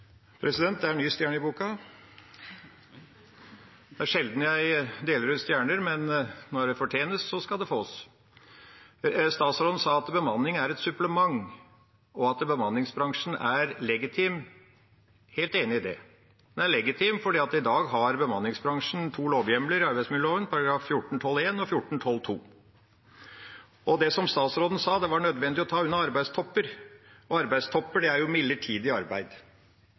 Det gir en ny stjerne i boka. Det er sjelden jeg deler ut stjerner, men når det fortjenes, så skal det fås. Statsråden sa at bemanning er et supplement, og at bemanningsbransjen er legitim. Jeg er helt enig i det. Den er legitim fordi bransjen i dag har to lovhjemler i arbeidsmiljøloven, § 14-12 første ledd og § 14-12 annet ledd. Statsråden sa at det er nødvendig å ta unna arbeidstopper, og arbeidstopper er jo midlertidig arbeid.